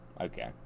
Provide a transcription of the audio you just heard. Okay